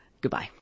Goodbye